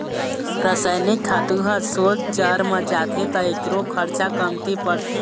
रसइनिक खातू ह सोझ जर म जाथे त एखरो खरचा कमती परथे